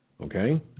Okay